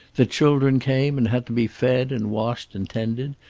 that children came, and had to be fed and washed and tended,